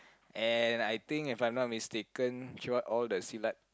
and I think if I am not mistaken she want all the Silat